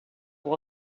was